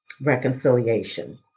reconciliation